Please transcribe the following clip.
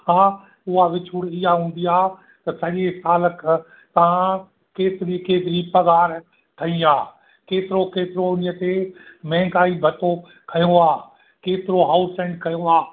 हा उहा विचूर इहा हूंदी आहे त सॼे साल खां तव्हां केतिरी केतिरी पघार आहिनि ठही आहे केतिरो केतिरो उन्हीअ ते महांगाई बतो खंयो आहे केतिरो हाउस रेंट खंयो आहे